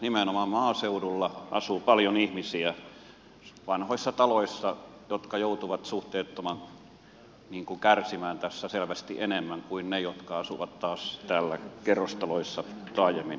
nimenomaan maaseudulla asuu vanhoissa taloissa paljon ihmisiä jotka joutuvat suhteettomasti kärsimään tässä selvästi enemmän kuin ne jotka asuvat taas täällä kerrostaloissa taajamien asutuilla alueilla